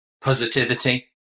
Positivity